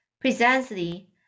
Presently